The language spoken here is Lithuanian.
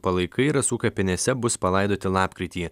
palaikai rasų kapinėse bus palaidoti lapkritį